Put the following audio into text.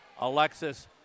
Alexis